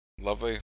Lovely